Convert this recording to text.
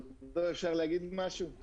אפשר לחסום את זה ב-20,000 שקל.